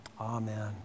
Amen